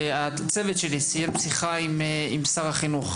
הצוות שלי סיים עכשיו שיחה עם שר החינוך,